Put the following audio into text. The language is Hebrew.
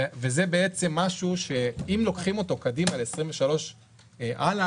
זה משהו שאם לוקחים אותו קדימה ל-2023 והלאה,